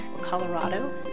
Colorado